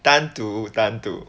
单独单独